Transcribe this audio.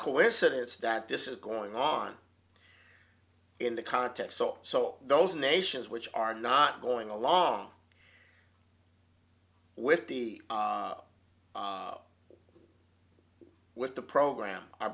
coincidence that this is going on in the context so so those nations which are not going along with the with the program are